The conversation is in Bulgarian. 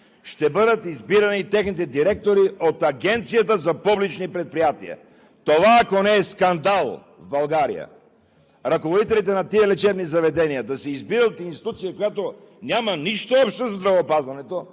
ще бъдат избирани от Агенцията за публични предприятия! Това, ако не е скандал в България, ръководителите на тези лечебни заведения да се избира от институция, която няма нищо общо със здравеопазването,